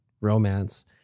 romance